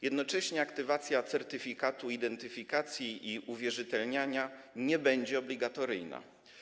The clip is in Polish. Jednocześnie aktywacja certyfikatu identyfikacji i uwierzytelniania nie będzie obligatoryjna.